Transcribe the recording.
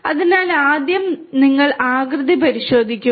അതിനാൽ ആദ്യം നിങ്ങൾ ആകൃതി പരിശോധിക്കുക